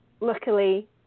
luckily